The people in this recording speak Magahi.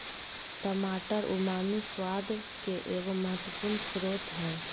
टमाटर उमामी स्वाद के एगो महत्वपूर्ण स्रोत हइ